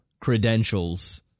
credentials